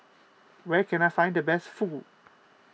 where can I find the best Fugu